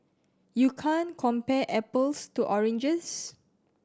you can't compare apples to oranges